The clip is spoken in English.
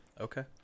Okay